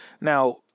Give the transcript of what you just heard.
Now